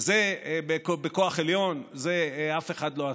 וזה בכוח עליון, את זה אף אחד לא עשה.